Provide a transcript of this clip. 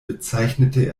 bezeichnete